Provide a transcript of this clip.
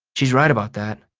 she's right about that.